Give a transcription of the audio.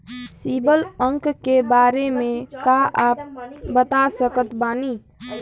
CIBIL अंक के बारे मे का आप बता सकत बानी?